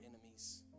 enemies